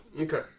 Okay